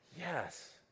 Yes